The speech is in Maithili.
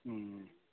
हुँ